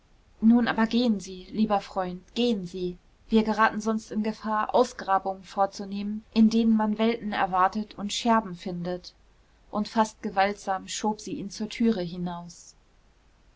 nun aber gehen sie lieber freund gehen sie wir geraten sonst in gefahr ausgrabungen vorzunehmen in denen man welten erwartet und scherben findet und fast gewaltsam schob sie ihn zur türe hinaus